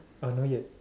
uh not yet